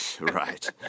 Right